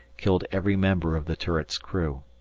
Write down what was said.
killed every member of the turret's crew.